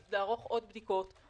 לערוך עוד בדיקות,